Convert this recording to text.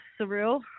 surreal